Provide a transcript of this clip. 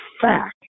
fact